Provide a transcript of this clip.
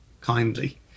kindly